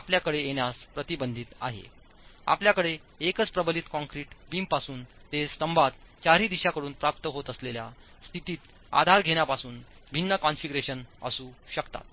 आपल्याकडे येण्यास प्रतिबंधित आहे आपल्याकडे एकच प्रबलित कंक्रीट बीमपासून ते स्तंभात चारही दिशांकडून प्राप्त होत असलेल्या स्थितीत आधार घेण्यापासून भिन्न कॉन्फिगरेशन असू शकतात